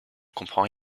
comprend